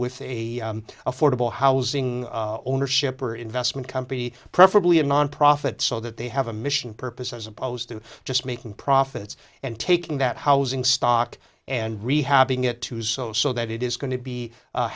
with a affordable housing ownership or investment company preferably a nonprofit so that they have a mission purpose as opposed to just making profits and taking that housing stock and rehabbing it to do so so that it is going to be